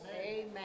Amen